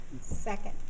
Second